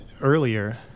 earlier